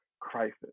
crisis